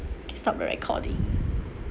stop the recording